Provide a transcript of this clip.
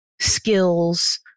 skills